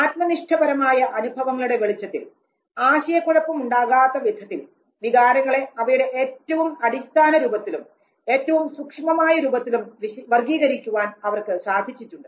ആത്മനിഷ്ഠപരമായ അനുഭവങ്ങളുടെ വെളിച്ചത്തിൽ ആശയക്കുഴപ്പം ഉണ്ടാകാത്ത വിധത്തിൽ വികാരങ്ങളെ അവയുടെ ഏറ്റവും അടിസ്ഥാന രൂപത്തിലും ഏറ്റവും സൂക്ഷ്മമായ രൂപത്തിലും വർഗീകരിക്കുവാൻ അവർക്ക് സാധിച്ചിട്ടുണ്ട്